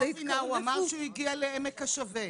הוא אמר שהוא הגיע לעמק השווה,